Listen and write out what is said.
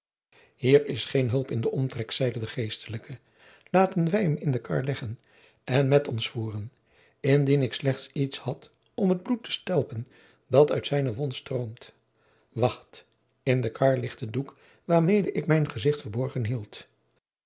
hier is geen hulp in den omtrek zeide de geestelijke laten wij hem in de kar leggen en met ons voeren indien ik slechts iets had om het bloed te stelpen dat uit zijne wond stroomt wacht in de kar ligt de doek waarmede ik mijn gezicht verborgen hield